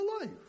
life